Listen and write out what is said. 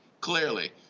Clearly